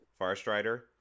Farstrider